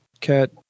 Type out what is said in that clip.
cat